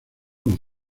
con